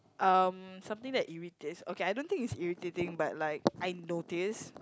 um something that irritates okay I don't think it's irritating but like I notice